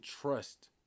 trust